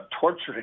torturing